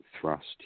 thrust